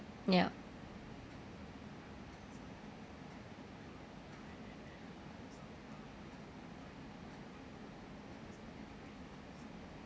yup